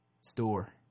store